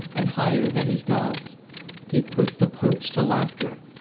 and higher than his gods he put the popes to laughter,